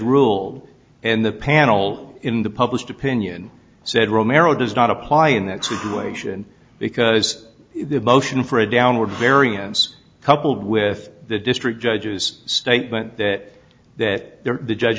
ruled in the panel in the published opinion said romero does not apply in that situation because the motion for a downward variance coupled with the district judges statement that that the judge